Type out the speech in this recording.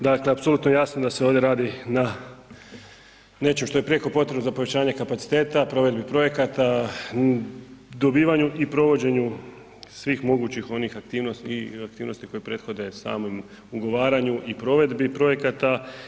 Dakle apsolutno je jasno da se ovdje radi na nečem što je prijeko potrebno za povećanje kapaciteta, provedbi projekata, dobivanju i provođenju svih mogućih onih aktivnosti i aktivnosti koje prethode samom ugovaranju i provedbi projekata.